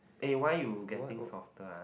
eh why you getting softer ah